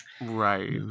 right